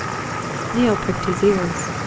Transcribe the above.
neale pricked his ears.